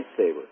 lightsaber